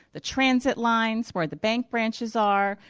the transit lines, where the bank branches are.